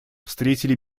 встретили